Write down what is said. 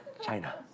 China